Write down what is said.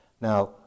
Now